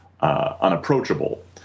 unapproachable